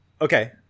Okay